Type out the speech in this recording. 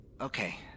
Okay